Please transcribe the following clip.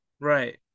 Right